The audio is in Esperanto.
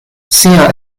sia